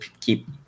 keep